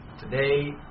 today